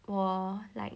我 like